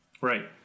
Right